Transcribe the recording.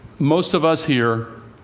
most of us here,